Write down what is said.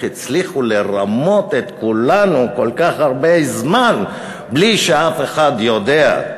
איך הצליחו לרמות את כולנו כל כך הרבה זמן בלי שאף אחד יודע,